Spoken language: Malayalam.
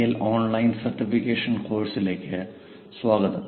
എൽ ഓൺലൈൻ സർട്ടിഫിക്കേഷൻ കോഴ്സുകളിലേക്ക് സ്വാഗതം